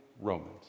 Romans